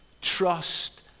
trust